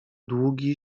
długi